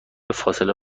فاصله